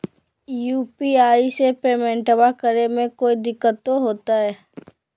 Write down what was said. UPI से पेमेंटबा करे मे कोइ दिकतो होते?